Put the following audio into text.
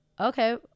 Okay